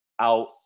out